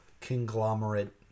conglomerate